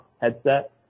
headset